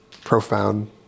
profound